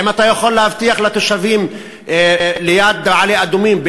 האם אתה יכול להבטיח לתושבים ליד מעלה-אדומים,